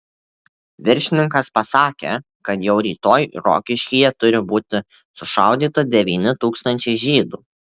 viršininkas pasakė kad jau rytoj rokiškyje turi būti sušaudyta devyni tūkstančiai žydų